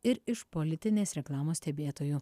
ir iš politinės reklamos stebėtojų